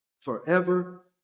forever